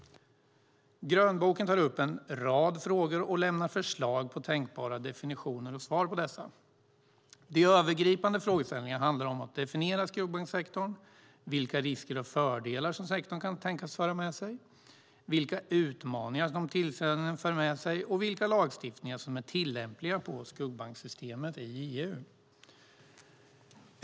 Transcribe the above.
Grönboken tar upp en rad frågor och lämnar förslag på tänkbara definitioner och svar på dessa. De övergripande frågeställningarna handlar om att definiera skuggbanksektorn, vilka risker och fördelar som sektorn kan tänkas föra med sig, vilka utmaningar den för med sig och vilka lagstiftningar som är tillämpliga på skuggbanksystemet i EU.